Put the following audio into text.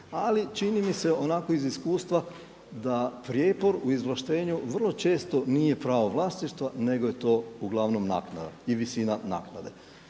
Ali čini mi se onako iz iskustva da prijepor u izvlaštenju vrlo često nije pravo vlasništva nego je to uglavnom naknada i visina naknade.